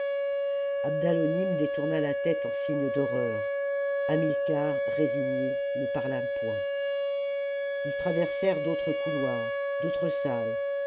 abdalonim détourna la tcte en signe d'horreur hamllcar résigné ne parla point ils traversèrent d'autres couloirs d'autres salles